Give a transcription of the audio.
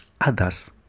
others